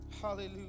Hallelujah